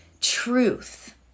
truth